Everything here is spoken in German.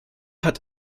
hat